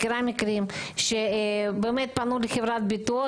מכירה מקרים שבאמת פנו לחברת הביטוח,